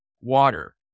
water